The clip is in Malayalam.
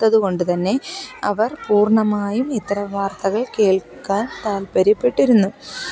ത്തത് കൊണ്ടുതന്നെ അവർ പൂർണ്ണമായും ഇത്തരം വാർത്തകൾ കേൾക്കാൻ താൽപ്പര്യപ്പെട്ടിരുന്നു